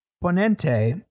Ponente